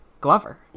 Glover